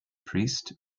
priest